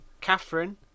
Catherine